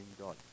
God